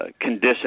condition